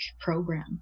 program